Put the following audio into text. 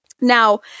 Now